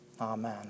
Amen